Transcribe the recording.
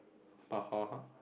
but [huh]